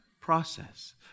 process